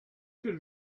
can